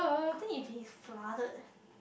I think if it is flooded eh